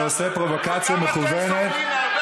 שעושה פרובוקציה מכוונת.